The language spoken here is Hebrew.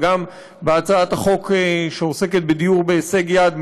וגם בהצעת חוק שעוסקת בדיור בהישג יד,